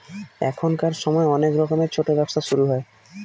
এখনকার সময় অনেক রকমের ছোটো ব্যবসা শুরু হয়